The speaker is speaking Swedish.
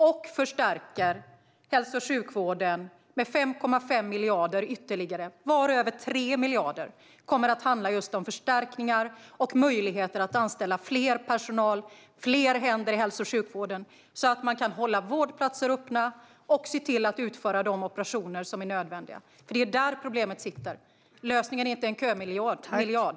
Och vi förstärker hälso och sjukvården med 5,5 miljarder ytterligare, varav 3 miljarder kommer att handla om just förstärkningar och möjligheter att anställa mer personal, fler händer i hälso och sjukvården, så att man kan hålla vårdplatser öppna och utföra de operationer som är nödvändiga. Det är lösningen på problemen. Lösningen är inte en kömiljard.